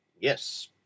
Yes